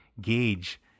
gauge